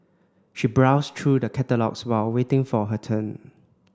she browsed through the catalogues while waiting for her turn